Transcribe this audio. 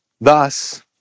Thus